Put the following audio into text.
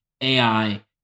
AI